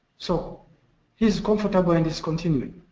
so he is comfortable and is continuing.